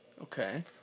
Okay